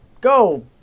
go